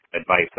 advice